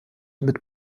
mit